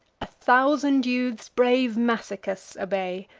a thousand youths brave massicus obey,